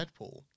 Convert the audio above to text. Deadpool